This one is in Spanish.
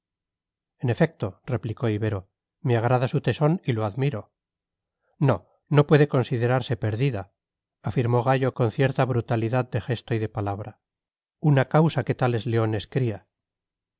en efecto replicó ibero me agrada su tesón y lo admiro no no puede considerarse perdida afirmó gallo con cierta brutalidad de gesto y de palabra una causa que tales leones cría